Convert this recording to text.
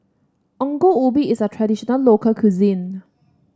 Ongol Ubi is a traditional local cuisine